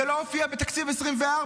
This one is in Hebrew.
זה לא מופיע בתקציב 2024,